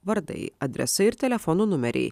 vardai adresai ir telefonų numeriai